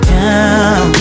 down